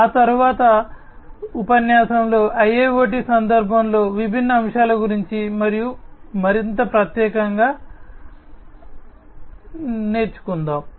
ఆ తరువాతి ఉపన్యాసంలో IIoT సందర్భంలో విభిన్న అంశాల గురించి మరియు మరింత ప్రత్యేకంగా తెలుసుకోబోతున్నాము